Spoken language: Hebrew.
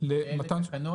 למתן --- אלה תקנות.